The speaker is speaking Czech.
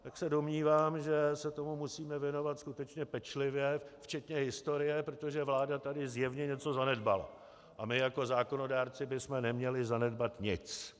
Tak se domnívám, že se tomu musíme věnovat skutečně pečlivě včetně historie, protože vláda tady zjevně něco zanedbala a my jako zákonodárci bychom neměli zanedbat nic.